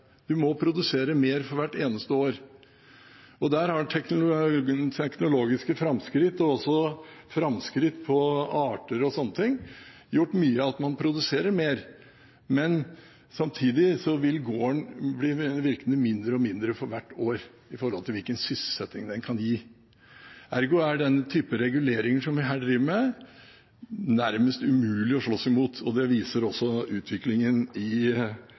må produsere mer for hvert eneste år. Der har teknologiske framskritt, og også framskritt når det gjelder arter og slike ting, gjort mye – man produserer mer – men samtidig gir gården mindre og mindre virkning for hvert år når det gjelder hvilken sysselsetting den kan gi. Ergo er denne typen reguleringer som vi her driver med, nærmest umulig å slåss mot. Det viser også utviklingen i